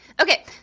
Okay